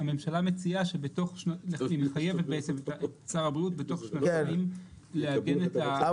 הממשלה מחייבת את שר הבריאות בתוך שלוש שנים לעגן --- אבל